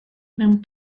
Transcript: mewn